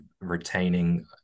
retaining